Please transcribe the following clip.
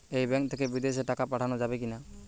এই ব্যাঙ্ক থেকে বিদেশে টাকা পাঠানো যাবে কিনা?